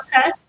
Okay